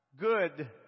good